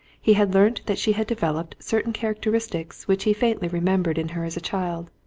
he had learnt that she had developed certain characteristics which he faintly remembered in her as a child,